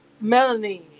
melanie